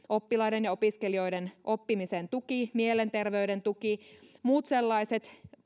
oppilaiden ja opiskelijoiden oppimisen tuki mielenterveyden tuki muut sellaiset